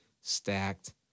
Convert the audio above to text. Stacked